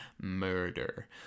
murder